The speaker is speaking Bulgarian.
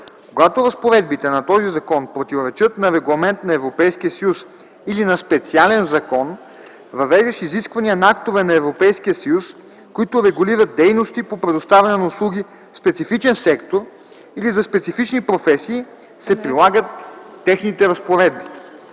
Когато разпоредбите на този закон противоречат на регламент на Европейския съюз или на специален закон, въвеждащ изисквания на актове на Европейския съюз, които регулират дейности по предоставяне на услуги в специфичен сектор или за специфични професии, се прилагат техните разпоредби.